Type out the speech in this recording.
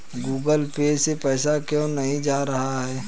Google Pay से पैसा क्यों नहीं जा रहा है?